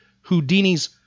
houdini's